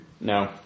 No